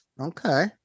Okay